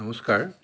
নমস্কাৰ